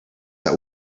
that